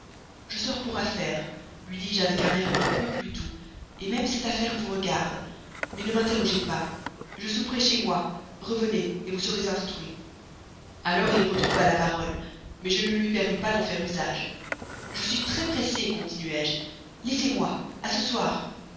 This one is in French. je sors pour affaire lui dis-je avec un air un peu plus doux même cette affaire vous regarde mais ne m'interrogez pas je souperai chez moi revenez vous serez instruit la parole lui revint alors mais je ne lui permis pas d'en faire usage je suis très pressée continuai-je laissez-moi à ce soir